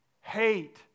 hate